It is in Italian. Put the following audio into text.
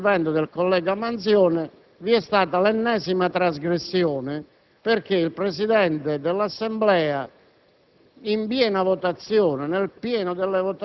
poco dopo l'intervento del collega Manzione, vi è stata l'ennesima trasgressione: il Presidente di turno dell'Assemblea,